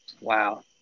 Wow